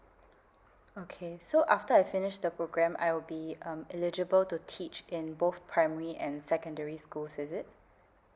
okay so after I finish the programme I will be um eligible to teach in both primary and secondary schools is it